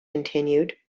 continued